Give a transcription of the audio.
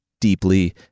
deeply